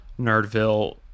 nerdville